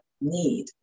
need